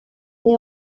n’ai